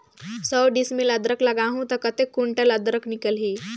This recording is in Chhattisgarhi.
सौ डिसमिल अदरक लगाहूं ता कतेक कुंटल अदरक निकल ही?